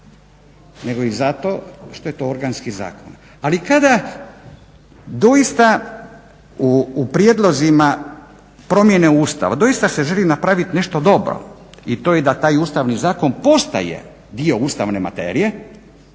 nego i zato što je to organski zakon. Ali kada doista u prijedlozima promjene Ustava doista se želi napraviti nešto dobro i to je da taj Ustavni zakon postaje dio ustavne materije.